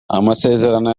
amasezerano